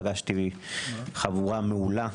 פגשתי חבורה מעולה.